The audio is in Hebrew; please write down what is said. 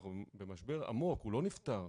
אנחנו במשבר עמוק והוא לא נפתר,